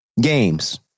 Games